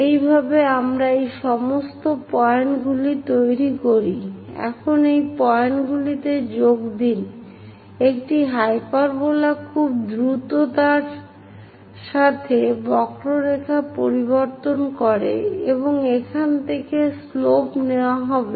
এইভাবে আমরা এই সমস্ত পয়েন্টগুলি তৈরি করি এখন এই পয়েন্টগুলিতে যোগ দিন একটি হাইপারবোলা খুব দ্রুত তার সাথে বক্রতা পরিবর্তন করে এবং এখান থেকে শ্লোপ নেওয়া হবে